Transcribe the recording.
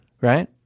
right